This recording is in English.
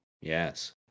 Yes